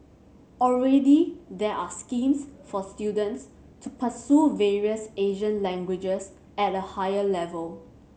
already there are schemes for students to pursue various Asian languages at a higher level